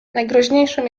najgroźniejszym